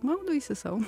maudaisi sau